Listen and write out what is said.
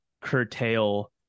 curtail